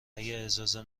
اجازه